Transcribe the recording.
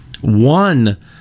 one